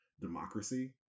democracy